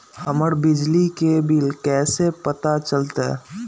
हमर बिजली के बिल कैसे पता चलतै?